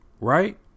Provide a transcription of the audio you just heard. Right